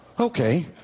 okay